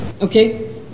Okay